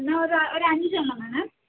എന്നാൽ ഒരു ഒരു അഞ്ചെണ്ണം വേണേ